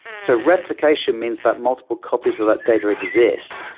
so replication means that multiple copies of that data exist,